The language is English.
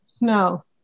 No